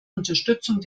unterstützung